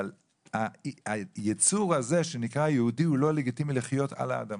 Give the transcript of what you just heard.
אבל היצור הזה שנקרא יהודי הוא לא לגיטימי לחיות על האדמה.